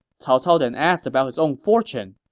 cao cao then asked about his own fortune,